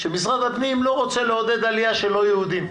שמשרד הפנים לא רוצה לעודד עלייה של לא יהודים.